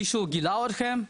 מישהו גילה אתכם?"